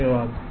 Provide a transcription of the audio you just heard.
धन्यवाद